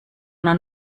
una